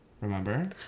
Remember